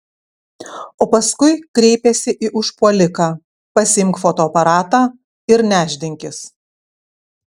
o paskui kreipėsi į užpuoliką pasiimk fotoaparatą ir nešdinkis